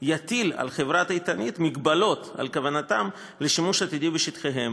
יטיל על חברת "איתנית" מגבלות על כוונתם לשימוש עתידי בשטחיהן,